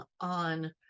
on